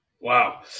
Wow